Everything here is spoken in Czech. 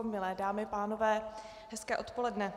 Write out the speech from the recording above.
Milé dámy a pánové, hezké odpoledne.